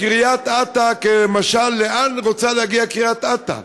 וקריית אתא כמשל: לאן רוצה להגיע קריית אתא,